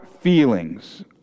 feelings